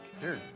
Cheers